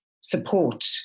support